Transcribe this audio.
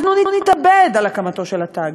אנחנו נתאבד על הקמתו של התאגיד.